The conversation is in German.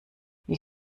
wie